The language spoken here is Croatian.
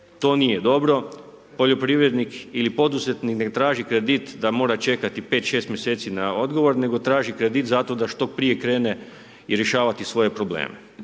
To nije dobro. Poljoprivrednik ili poduzetnik ne traži kredit da mora čekati pet, šest mjeseci na odgovor, nego traži kredit zato da što prije krene rješavati svoje probleme.